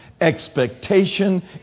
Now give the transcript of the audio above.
expectation